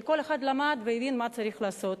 וכל אחד למד והבין מה צריך לעשות.